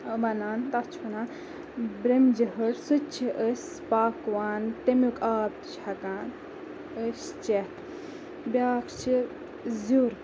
وَنان تَتھ چھِ وَنان برٛمجِہ ۂٹھ سُہ تہِ چھِ أسۍ پاکوان تَمیُک آب تہِ چھِ ہٮ۪کان أسۍ چیٚتھ بیٛاکھ چھِ زیُر